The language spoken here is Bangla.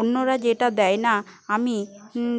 অন্যরা যেটা দেয় না আমি